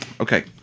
Okay